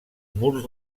murs